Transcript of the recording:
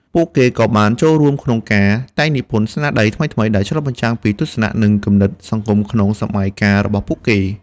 ពួកគេក៏បានចូលរួមក្នុងការតែងនិពន្ធស្នាដៃថ្មីៗ ដែលឆ្លុះបញ្ចាំងពីទស្សនៈ និងគំនិតសង្គមក្នុងសម័យកាលរបស់ពួកគេ។